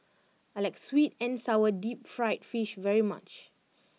I like Sweet and Sour Deep Fried Fish very much